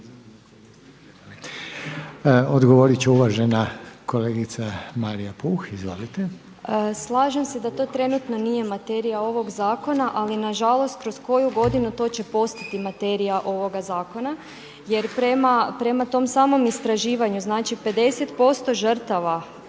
Odgovorit će uvažena kolegica Marija Puh. Izvolite. **Puh, Marija (HNS)** Slažem se da to trenutno nije materija ovog zakona, ali nažalost kroz koju godinu to će postati materija ovoga zakona jer prama tom samom istraživanju znači 50% žrtava